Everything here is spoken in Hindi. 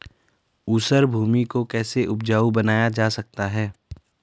ऊसर भूमि को कैसे उपजाऊ बनाया जा सकता है?